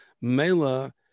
Mela